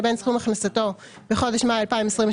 לבין סכום הכנסתו בחודש מאי 2023,